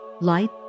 light